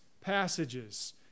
passages